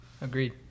Agreed